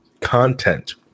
content